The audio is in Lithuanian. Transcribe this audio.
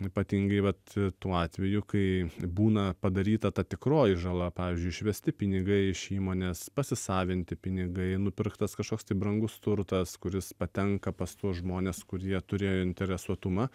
ypatingai vat tuo atveju kai būna padaryta ta tikroji žala pavyzdžiui išvesti pinigai iš įmonės pasisavinti pinigai nupirktas kažkoks tai brangus turtas kuris patenka pas tuos žmones kurie turėjo interesuotumą